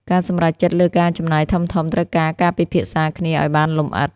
ការសម្រេចចិត្តលើការចំណាយធំៗត្រូវការការពិភាក្សាគ្នាឲ្យបានលម្អិត។